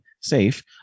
safe